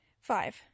Five